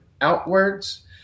outwards